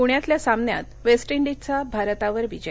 प्ण्यातल्या सामन्यात वेस्ट इंडीजचा भारतावर विजय